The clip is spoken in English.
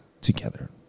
together